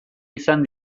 izan